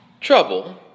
trouble